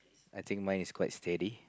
I think mine is quite steady